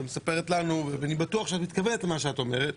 אני בטוח שאת מתכוונת למה שאת אומרת.